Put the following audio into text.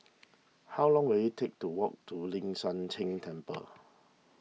how long will it take to walk to Ling San Teng Temple